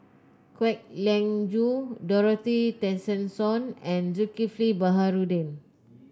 Kwek Leng Joo Dorothy Tessensohn and Zulkifli Baharudin